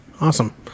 Awesome